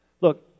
Look